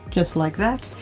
just like that.